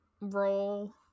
role